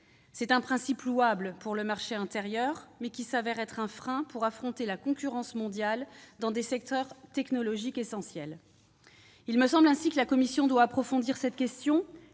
C'est un principe louable pour le marché intérieur, mais qui s'avère être un frein pour affronter la concurrence mondiale dans des secteurs technologiques essentiels. Il me semble que la Commission doit approfondir cette question,